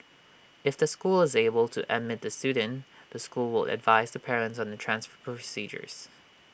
if the school is able to admit the student the school will advise the parent on the transfer procedures